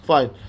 Fine